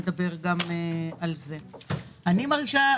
אני מרגישה,